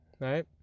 Right